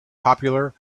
popular